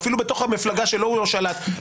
אפילו בתוך המפלגה שלו הוא לא שלט,